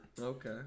Okay